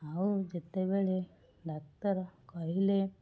ଆଉ ଯେତେବେଳେ ଡାକ୍ତର କହିଲେ